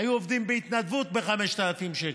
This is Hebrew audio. היו עובדים בהתנדבות ב-5,000 שקל.